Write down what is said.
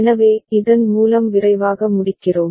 எனவே இதன் மூலம் விரைவாக முடிக்கிறோம்